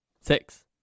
Six